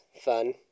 fun